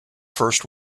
first